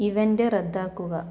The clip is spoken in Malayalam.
ഇവൻ്റ് റദ്ദാക്കുക